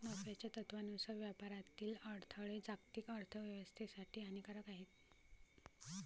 नफ्याच्या तत्त्वानुसार व्यापारातील अडथळे जागतिक अर्थ व्यवस्थेसाठी हानिकारक आहेत